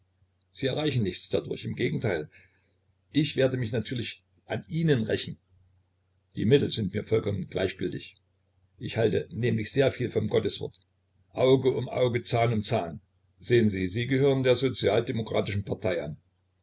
sie erreichen nichts dadurch im gegenteil ich werde mich natürlich an ihnen rächen die mittel sind mir vollkommen gleichgültig ich halte nämlich sehr viel vom gotteswort auge um auge zahn um zahn sehen sie sie gehören der sozialdemokratischen partei an